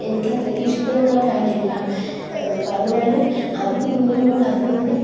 എനിക്കത്രയ്ക്ക് ഇഷ്ടമുള്ള കാര്യമല്ല പറഞ്ഞാൽ അത് തിന്നുമ്പോൾ അതിൻ്റെ